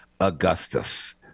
Augustus